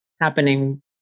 happening